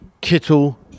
Kittle